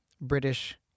British